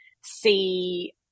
see